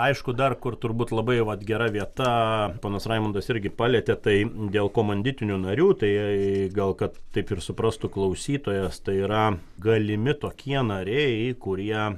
aišku dar kur turbūt labai vat gera vieta ponas raimundas irgi palietė tai dėl komanditinių narių tai gal kad taip ir suprastų klausytojas tai yra galimi tokie nariai kurie